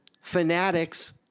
Fanatics